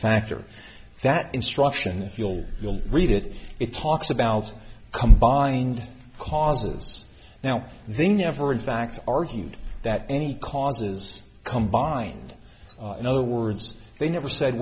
factor that instruction if you will you'll read it it talks about combined causes now they never in fact argued that any causes combined in other words they never said